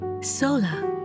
Sola